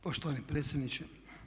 Poštovani predsjedniče.